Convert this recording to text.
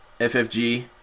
FFG